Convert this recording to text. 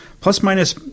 plus-minus